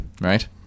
Right